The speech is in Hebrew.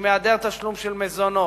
עם העדר תשלום של מזונות,